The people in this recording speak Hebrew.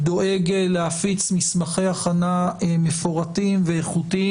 שדואג להפיץ מסמכי הכנה מפורטים ואיכותיים,